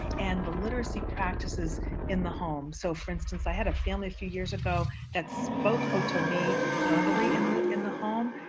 and the literacy practices in the home. so for instance, i had a family a few years ago that spoke ah to me verbally in the in the home.